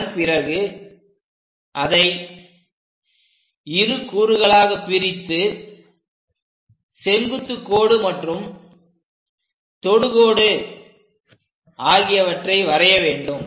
அதன் பிறகு அதை இரு கூறுகளாகப் பிரித்து செங்குத்துக் கோடு மற்றும் தொடுகோடு ஆகியவற்றை வரைய வேண்டும்